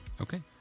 Okay